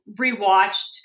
rewatched